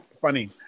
funny